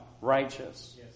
righteous